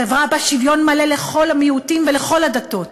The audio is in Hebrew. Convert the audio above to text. חברה שבה שוויון מלא לכל המיעוטים ולכל הדתות,